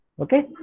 Okay